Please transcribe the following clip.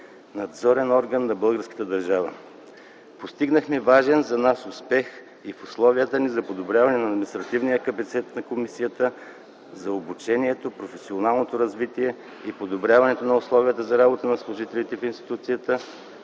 надзорен орган на българската държава. Постигнахме важен за нас успех и в усилията ни за подобряване на административния капацитет на комисията за обучението, професионалното развитие и подобряването на условията за работа на служителите в институцията,